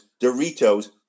Doritos